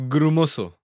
Grumoso